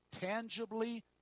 tangibly